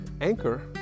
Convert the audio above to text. Anchor